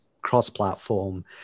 cross-platform